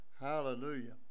Hallelujah